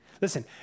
Listen